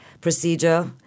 procedure